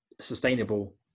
sustainable